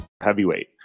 Heavyweight